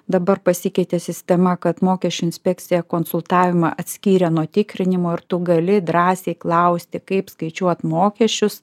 dabar pasikeitė sistema kad mokesčių inspekcija konsultavimą atskyrė nuo tikrinimo ir tu gali drąsiai klausti kaip skaičiuot mokesčius